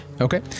Okay